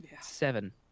Seven